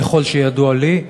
ככל שידוע לי,